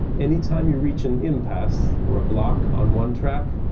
anytime you reach an impasse or a block on one track,